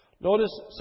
Notice